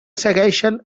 segueixen